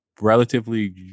relatively